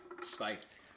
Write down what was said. Spiked